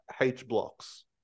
H-Blocks